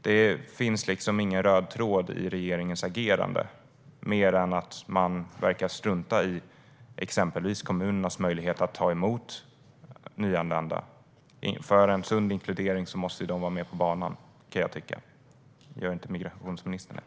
De finns ingen röd tråd i regeringens agerande, mer än att man verkar strunta i exempelvis kommunernas möjlighet att ta emot nyanlända. För en sund inkludering måste de vara med på banan, kan jag tycka. Gör inte migrationsministern det?